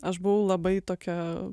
aš buvau labai tokia